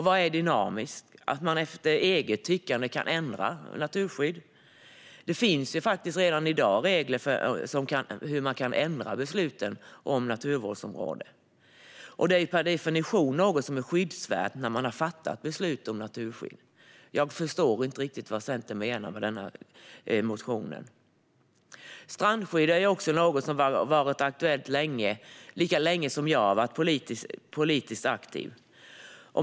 Vad är dynamiskt - att man efter eget tyckande kan ändra naturskyddet? Det finns redan i dag regler för hur man kan ändra beslut om naturvårdsområden, och när man har fattat beslut om naturskydd är det per definition något som är skyddsvärt. Jag förstår inte riktigt vad Centerpartiet menar med denna motion. Strandskydd har varit aktuellt lika länge som jag har varit politiskt aktiv.